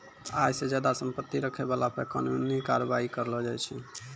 आय से ज्यादा संपत्ति रखै बाला पे कानूनी कारबाइ करलो जाय छै